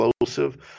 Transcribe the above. explosive